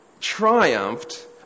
triumphed